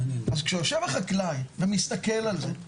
אז כשיושב החקלאי ומסתכל על זה,